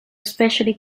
especially